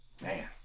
Man